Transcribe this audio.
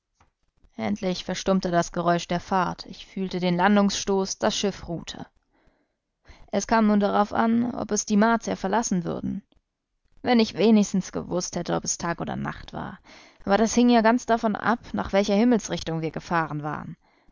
endlich verstummte das geräusch der fahrt ich fühlte den landungsstoß das schiff ruhte es kam nun darauf an ob es die martier verlassen würden wenn ich wenigstens gewußt hätte ob es tag oder nacht war aber das hing ja ganz davon ab nach welcher himmelsrichtung wir gefahren waren